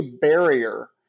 barrier